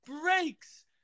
breaks